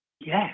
yes